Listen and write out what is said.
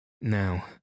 Now